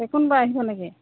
দে কোনৱা আহিব নেকি